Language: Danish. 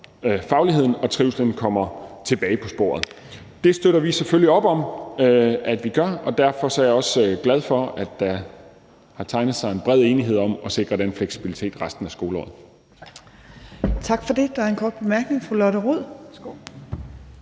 fagligheden og trivslen kommer tilbage på sporet. Det støtter vi selvfølgelig op om at man gør, og derfor er jeg også glad for, at der har tegnet sig en bred enighed om at sikre den fleksibilitet resten af skoleåret. Kl. 18:32 Tredje næstformand